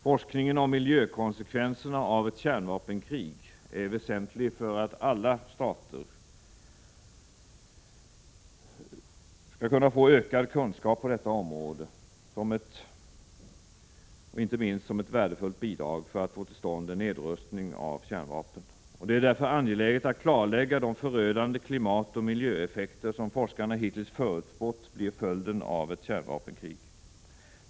Forskningen om miljökonsekvenserna av ett kärnvapenkrig är väsentlig för att alla stater skall kunna få ökad kunskap på detta område, inte minst som ett värdefullt bidrag för att få till stånd en nedrustning av kärnvapen. Det är därför angeläget att klarlägga de förödande klimatoch miljöeffekter som forskarna hittills förutspått blir följden av ett kärnvapenkrig.